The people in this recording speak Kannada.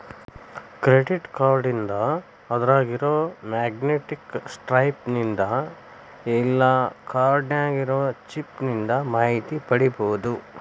ಕ್ರೆಡಿಟ್ ಕಾರ್ಡ್ನಿಂದ ಅದ್ರಾಗಿರೊ ಮ್ಯಾಗ್ನೇಟಿಕ್ ಸ್ಟ್ರೈಪ್ ನಿಂದ ಇಲ್ಲಾ ಕಾರ್ಡ್ ನ್ಯಾಗಿರೊ ಚಿಪ್ ನಿಂದ ಮಾಹಿತಿ ಪಡಿಬೋದು